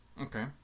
Okay